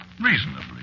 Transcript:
reasonably